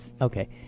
Okay